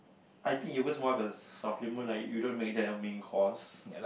I think yogurt more like a supplement like you don't make that your main course